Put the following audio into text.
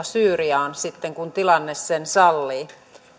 syyriaan sitten kun tilanne sen sallii